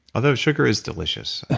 although sugar is delicious, and